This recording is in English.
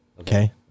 okay